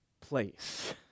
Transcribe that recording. place